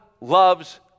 loves